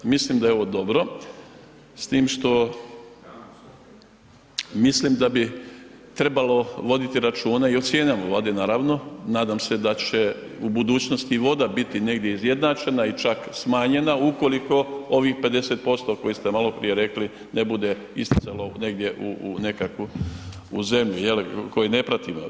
Mislim da je ovo dobro s tim što mislim da bi trebalo voditi računa i o cijenama vode naravno, nadam se da će u budućnosti i voda biti negdje izjednačena i čak smanjena ukoliko ovih 50% koje ste maloprije rekli ne bude isticalo negdje u nekakvu u zemlju je li, koji ne pratimo.